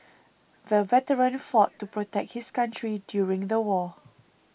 the veteran fought to protect his country during the war